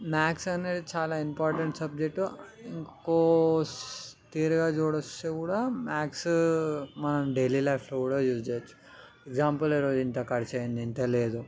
maths అనేది చాలా important subject ఇంకో థియరీగా చుడవస్తే కూడా మ్యాథ్స్ మనం డైలీ లైఫ్లో కూడా యూస్ చేయచ్చు ఎగ్జాంపుల్ ఇదిగో ఇంత ఖర్చయింది ఇంత లేదు